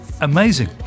amazing